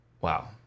Wow